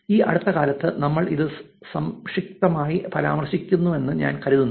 ഈ അടുത്ത കാലത്തു നമ്മൾ ഇത് സംക്ഷിപ്തമായി പരാമർശിക്കുമെന്ന് ഞാൻ കരുതുന്നു